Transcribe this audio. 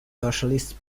socialist